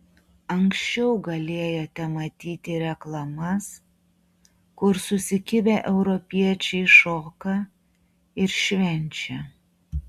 anksčiau galėjote matyti reklamas kur susikibę europiečiai šoka ir švenčia